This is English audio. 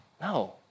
No